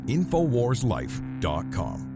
InfoWarsLife.com